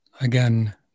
again